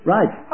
Right